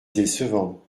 décevant